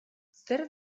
zer